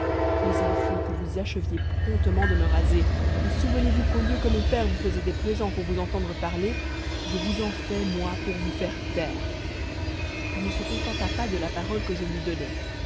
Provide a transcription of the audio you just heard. mais il faut que vous acheviez promptement de me raser et souvenez-vous qu'au lieu que mon père vous faisait des présents pour vous entendre parler je vous en fais moi pour vous faire taire il ne se contenta pas de la parole que je lui donnais